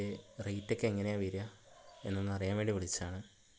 റേറ്റൊക്കെ എങ്ങനെയാ വരുക എന്നൊന്ന് അറിയാൻ വേണ്ടി വിളിച്ചതാണ്